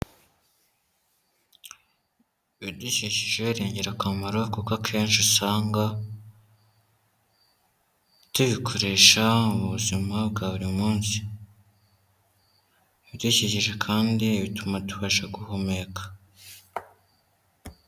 Ibidukikije ni ingirakamaro kuko akenshi usanga tubikoresha mu buzima bwa buri munsi. Ibidukijije kandi bituma tubasha guhumeka.